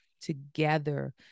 together